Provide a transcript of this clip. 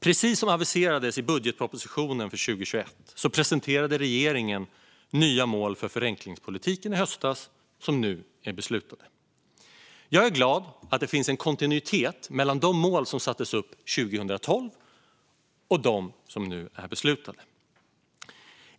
Precis som aviserades i budgetpropositionen för 2021 presenterade regeringen i höstas nya mål för förenklingspolitiken. De är nu beslutade. Jag är glad att det finns en kontinuitet mellan de mål som sattes upp 2012 och de som nu är beslutade.